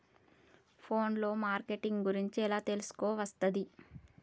Phone లో marketing గురించి ఎలా తెలుసుకోవస్తది?